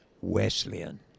Wesleyan